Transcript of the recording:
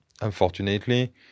unfortunately